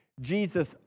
Jesus